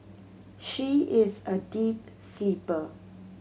she is a deep sleeper